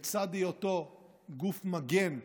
לצד היותו גוף מגן,